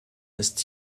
ist